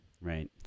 Right